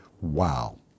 Wow